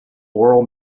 oral